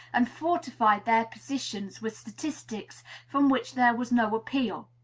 and fortified their positions with statistics from which there was no appeal.